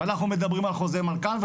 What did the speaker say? ואנחנו מדברים על חוזר מנכ"ל,